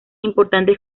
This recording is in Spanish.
importantes